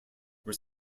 were